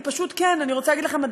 אני רוצה להגיד לכם,